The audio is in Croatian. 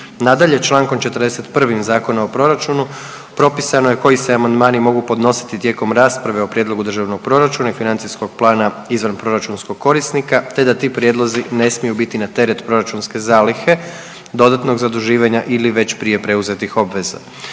Nadalje, čl. 41. Zakona o proračunu propisano je koji se amandmani mogu podnositi tijekom rasprave o prijedlogu državnog proračuna i financijskog plana izvanproračunskog korisnika te da ti prijedlozi ne smiju biti na teret proračunske zalihe, dodatnog zaduživanja ili već prije preuzetih obveza.